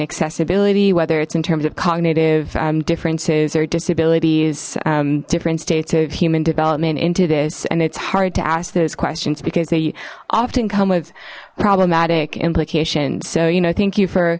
accessibility whether it's in terms of cognitive differences or disabilities different states of human development into this and it's hard to ask those questions because they often come with problematic implications so you know thank you for